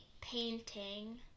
painting